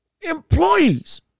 employees